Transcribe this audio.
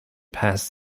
passed